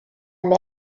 amb